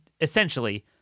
essentially